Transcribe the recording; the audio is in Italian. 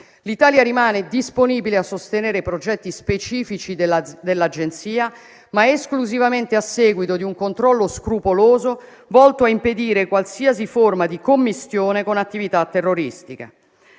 L'Italia rimane disponibile a sostenere progetti specifici dell'Agenzia, ma esclusivamente a seguito di un controllo scrupoloso, volto a impedire qualsiasi forma di commistione con attività terroristiche.